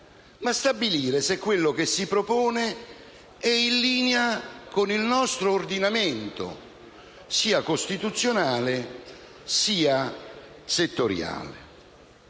ma stabilire se quello che si propone è in linea con il nostro ordinamento, sia costituzionale che settoriale.